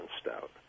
Stout